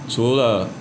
除了